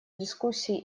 дискуссии